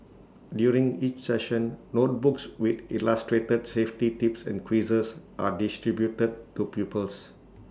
during each session notebooks with illustrated safety tips and quizzes are distributed to pupils